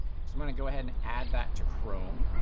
so i'm going to go ahead and add that to chrome.